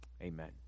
Amen